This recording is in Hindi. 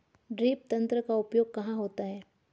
ड्रिप तंत्र का उपयोग कहाँ होता है?